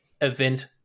event